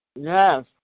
Yes